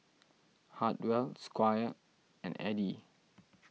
Hartwell Squire and Edie